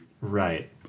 Right